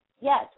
Yes